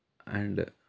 and